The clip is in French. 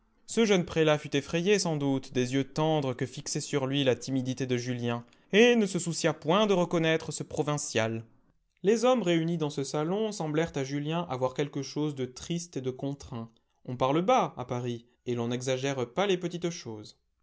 ce jeune prélat fut effrayé sans doute des yeux tendres que fixait sur lui la timidité de julien et ne se soucia point de reconnaître ce provincial les hommes réunis dans ce salon semblèrent à julien avoir quelque chose de triste et de contraint on parle bas à paris et l'on n'exagère pas les petites choses